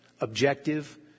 objective